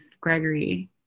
Gregory